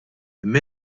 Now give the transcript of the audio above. imma